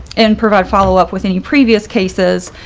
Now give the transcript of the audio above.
and provide follow up with any previous cases.